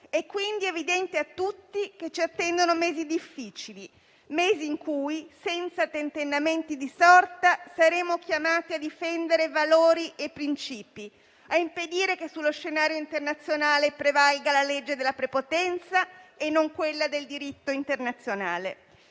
È quindi evidente a tutti che ci attendono mesi difficili, in cui, senza tentennamenti di sorta, saremo chiamati a difendere valori e principi, a impedire che sullo scenario internazionale prevalga la legge della prepotenza e non quella del diritto internazionale.